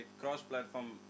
cross-platform